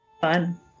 Fun